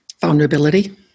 Vulnerability